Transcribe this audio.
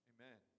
Amen